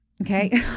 Okay